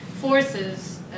forces